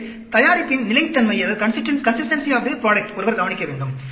எனவே தயாரிப்பின் நிலைத்தன்மையை ஒருவர் கவனிக்க வேண்டும்